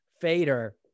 fader